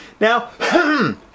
Now